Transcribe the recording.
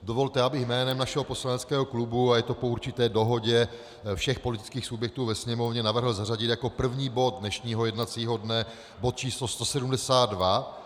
Dovolte, abych jménem našeho poslaneckého klubu a je to po určité dohodě všech politických subjektů ve Sněmovně navrhl zařadit jako první bod dnešního jednacího dne bod číslo 172.